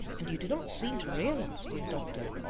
and you do not seem to realise, dear doctor,